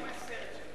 אני לא מסיר את שלי.